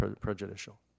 prejudicial